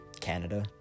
Canada